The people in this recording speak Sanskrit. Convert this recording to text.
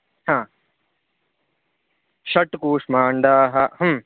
हा षट् कूष्माण्डाः हु